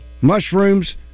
mushrooms